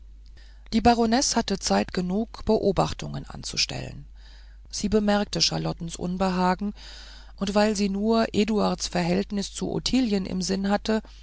die baronesse hatte zeit genug beobachtungen anzustellen sie bemerkte charlottens unbehagen und weil sie nur eduards verhältnis zu ottilien im sinn hatte